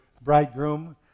bridegroom